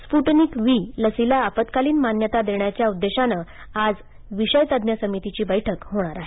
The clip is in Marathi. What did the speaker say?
स्फुटनिक वी लसीला आपत्कालीन मान्यता देण्याच्या उद्देशानं आज विषय तज्ञ समितीची बैठक होणार आहे